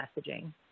messaging